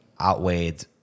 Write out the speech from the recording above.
outweighed